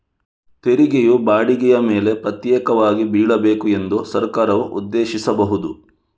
ತೆರಿಗೆಯು ಬಾಡಿಗೆಯ ಮೇಲೆ ಪ್ರತ್ಯೇಕವಾಗಿ ಬೀಳಬೇಕು ಎಂದು ಸರ್ಕಾರವು ಉದ್ದೇಶಿಸಬಹುದು